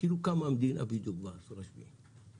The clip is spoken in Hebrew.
כאילו קמה המדינה בדיוק בעשור השביעי.